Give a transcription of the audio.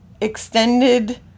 extended